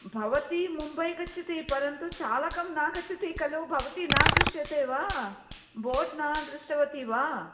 भवती मुम्बै गच्छति परन्तु चालकं न गच्छति खलु भवती नदृश्यते वा बोर्ड् न दृष्टवती वा